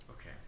Okay